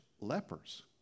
lepers